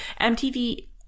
MTV